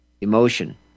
emotion